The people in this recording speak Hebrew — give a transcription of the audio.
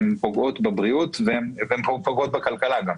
הן פוגעות בבריאות והן פוגעות גם בכלכלה.